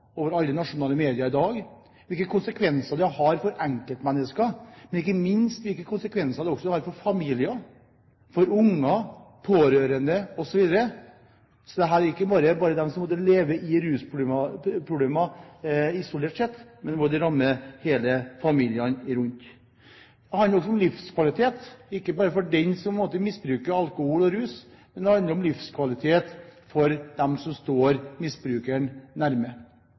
nasjonale medier i dag, om hvilke konsekvenser det har for enkeltmennesker, og ikke minst hvilke konsekvenser det har for familier – for unger og andre pårørende. Så dette gjelder ikke bare dem som lever med rusproblemer isolert sett, men det rammer hele familien rundt. Det handler også om livskvalitet ikke bare for den som misbruker alkohol og rus, men det handler om livskvalitet for dem som står misbrukeren